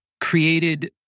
created